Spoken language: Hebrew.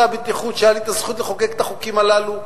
הבטיחות והיתה לי הזכות לחוקק את החוקים הללו,